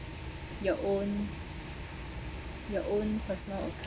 your own your own personal